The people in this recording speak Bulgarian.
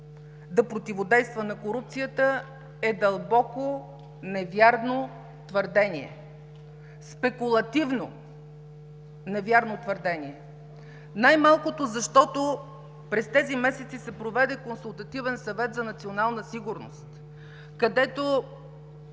„да противодейства на корупцията“ е дълбоко невярно твърдение, спекулативно невярно твърдение. Най-малкото, защото през тези месеци се проведе Консултативен съвет за национална сигурност, където